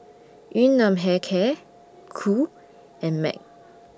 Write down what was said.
Yun Nam Hair Care Qoo and Mac